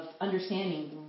understanding